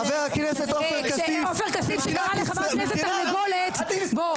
עופר כסיף שקרא לחברת כנסת תרגולת, בוא.